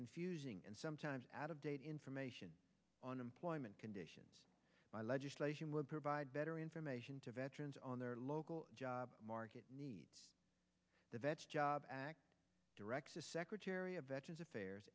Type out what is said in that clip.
confusing and sometimes out of date information on employment conditions by legislation would provide better information to veterans on their local job market needs the vege job direct the secretary of veterans affairs